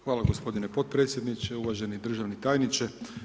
Hvala gospodine potpredsjedniče, uvaženi državni tajniče.